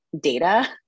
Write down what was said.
data